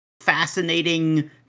fascinating